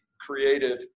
creative